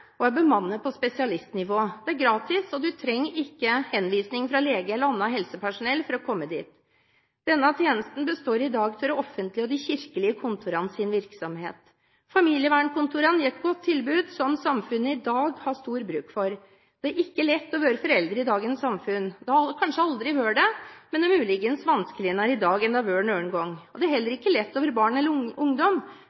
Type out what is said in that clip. og er bemannet på spesialistnivå. Tilbudet er gratis, og man trenger ikke henvisning fra lege eller annet helsepersonell for å komme dit. Denne tjenesten består i dag av det offentlige og de kirkelige kontorenes virksomhet. Familievernkontorene gir et godt tilbud som samfunnet i dag har stor bruk for. Det er ikke lett å være foreldre i dagens samfunn. Det har kanskje aldri vært det, men det er muligens vanskeligere i dag enn det noen gang har vært. Det er heller